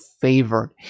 favored